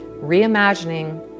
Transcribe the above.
reimagining